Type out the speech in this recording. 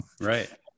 Right